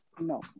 No